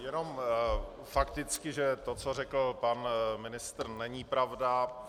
Jenom fakticky, že to, co řekl pan ministr není pravda.